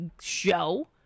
show